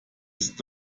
ist